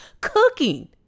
cooking